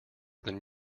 than